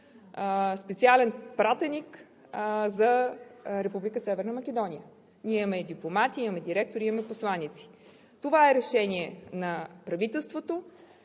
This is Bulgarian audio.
специален пратеник за Република Северна Македония. Ние имаме дипломати, имаме директори, имаме посланици. Това е решение на правителството.